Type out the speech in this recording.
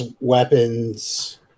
weapons